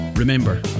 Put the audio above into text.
Remember